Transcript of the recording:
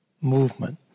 movement